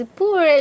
poor